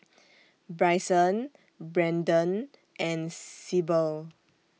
Bryson Branden and Syble